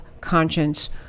conscience